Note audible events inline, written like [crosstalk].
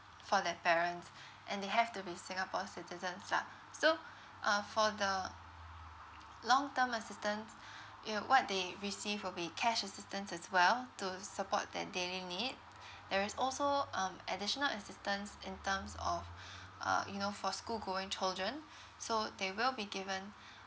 for their parents and they have to be singapore citizens lah so uh for the [noise] long term assistance it'll what they receive will be cash assistance as well to support their daily need there is also um additional assistance in terms of uh you know for school going children so they will be given